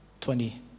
Twenty